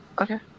okay